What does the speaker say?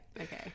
okay